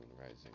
Rising